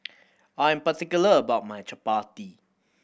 I am particular about my Chapati